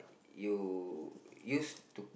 you used to